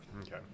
Okay